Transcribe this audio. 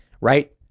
right